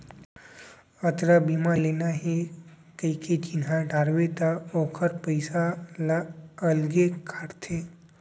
यातरा बीमा लेना हे कइके चिन्हा डारबे त ओकर पइसा ल अलगे काटथे